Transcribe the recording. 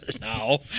Now